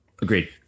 Agreed